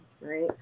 Right